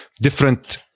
different